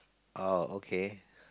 oh okay